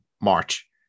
March